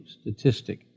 statistic